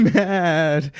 mad